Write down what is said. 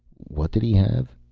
what did he have?